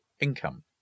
income